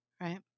right